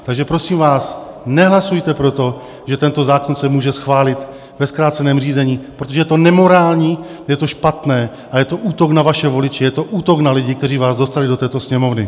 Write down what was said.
Takže prosím vás, nehlasujte pro to, že tento zákon se může schválit ve zkráceném řízení, protože je to nemorální, je to špatné a je to útok na vaše voliče, je to útok na lidi, kteří vás dostali do této Sněmovny.